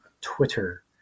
Twitter